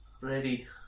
Ready